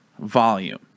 volume